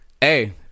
Hey